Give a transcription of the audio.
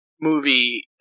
movie